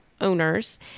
owners